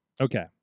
Okay